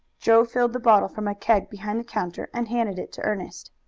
joe filled the bottle from a keg behind the counter and handed it to ernest.